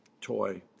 toy